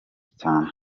cyane